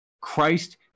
Christ